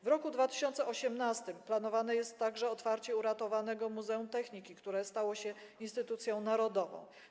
W roku 2018 planowane jest także otwarcie uratowanego muzeum techniki, które stało się instytucją narodową.